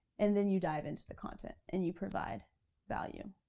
and then you dive into the content, and you provide value.